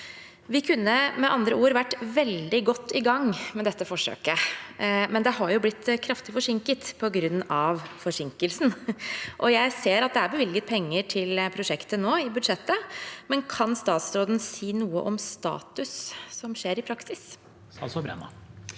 ord vært veldig godt i gang med dette forsøket, men det har blitt kraftig forsinket på grunn av dette. Jeg ser at det er bevilget penger til prosjektet i budsjettet, men kan statsråden si noe om status på det som skjer i praksis?